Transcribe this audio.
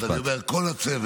אז אני אומר כל הצוות.